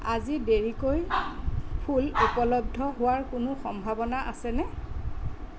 আজি দেৰিকৈ ফুল উপলব্ধ হোৱাৰ কোনো সম্ভাৱনা আছেনে